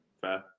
Fair